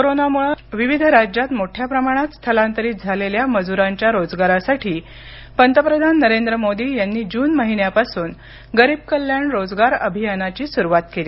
कोरोनामुळे विविध राज्यात मोठ्या प्रमाणात स्थलांतरित झालेल्या मजुरांच्या रोजगारासाठी पंतप्रधान नरेंद्र मोदी यांनी जून महिन्यापासून गरीब कल्याण रोजगार अभियानाची सुरुवात केली